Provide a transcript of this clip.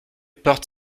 porte